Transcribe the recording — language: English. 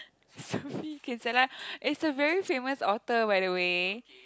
Sophie-Kinsella is a very famous author by the way